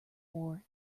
war